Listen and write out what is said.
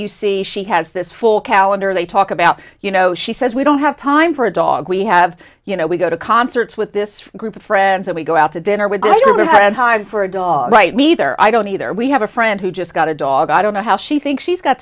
you see she has this full calendar they talk about you know she says we don't have time for a dog we have you know we go to concerts with this group of friends that we go out to dinner with hired for a dog right neither i don't either we have a friend who just got a dog i don't know how she thinks she's got